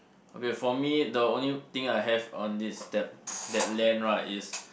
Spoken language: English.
okay for me the only thing I have on this that that land right is